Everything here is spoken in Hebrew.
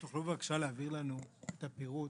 תוכלו בבקשה להעביר לנו את הפירוט,